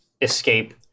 escape